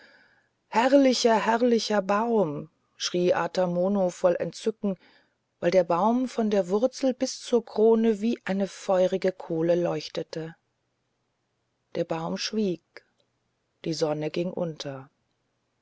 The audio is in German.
herrlicher herrlicher baum schrie ata mono voll entzücken weil der baum von der wurzel bis zur krone wie eine feurige kohle leuchtete der baum schwieg die sonne ging unter